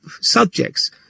subjects